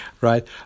right